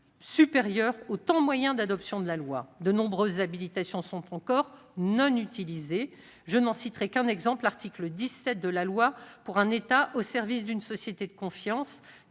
supérieur au temps moyen d'adoption de la loi. De nombreuses habilitations sont encore non utilisées. Je n'en citerai qu'un exemple : l'article 17 de la loi pour un État au service d'une société de confiance